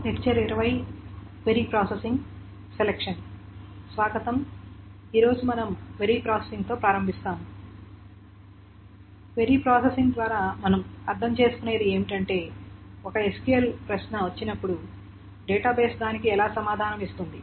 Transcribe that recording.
కాబట్టి query processing ద్వారా మనం అర్థం చేసుకునేది ఏమిటంటే ఒక SQL ప్రశ్న వచ్చినప్పుడు డేటాబేస్ దానికి ఎలా సమాధానం ఇస్తుంది